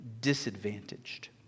disadvantaged